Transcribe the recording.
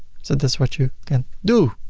so that's what you can do.